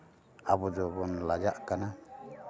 ᱟᱵᱚ ᱫᱚᱵᱚᱱ ᱞᱟᱡᱟᱜ ᱠᱟᱱᱟ